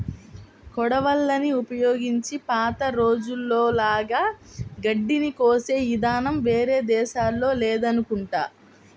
కొడవళ్ళని ఉపయోగించి పాత రోజుల్లో లాగా గడ్డిని కోసే ఇదానం వేరే దేశాల్లో లేదనుకుంటా